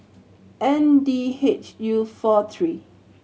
N D H U four three